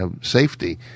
safety